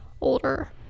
older